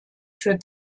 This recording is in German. für